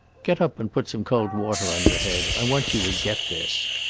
get up and put some cold water on your head. i want you to get this.